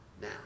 now